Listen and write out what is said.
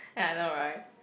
ya I know right